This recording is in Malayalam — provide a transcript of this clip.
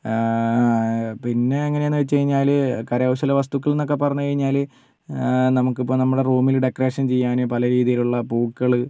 പിന്നെ എങ്ങനെന്ന് വെച്ച് കഴിഞ്ഞാൽ കരകൗശല വസ്തുക്കൾന്നക്കെ പറഞ്ഞ് കഴിഞ്ഞാൽ നമ്മുക്കിപ്പോൾ നമ്മുടെ റൂമിൽ ഡെക്കറേഷൻ ചെയ്യാനും പല രീതിയിലുള്ള പൂക്കൾ